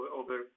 over